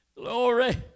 glory